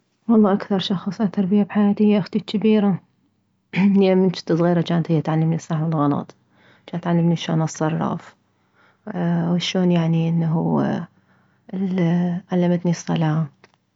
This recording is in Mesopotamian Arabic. والله اكثر شخص اثر بيه بحياتي هي اختي الجبيرة لان من جنت صغيرة جانت هي تعلمني الصح من الغلط جانت تعلمني شلون اتصرف وشلون يعني انه علمتني الصلاة